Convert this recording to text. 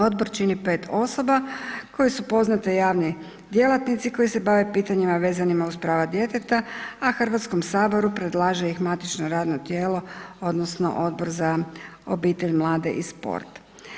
Odbor čini 5 osoba koje su poznati javni djelatnici koje se bave pitanjima vezanima uz prava djeteta a Hrvatskom saboru predlaže ih matično radno tijelo odnosno Odbor za obitelj, mlade i sport.